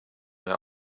mehr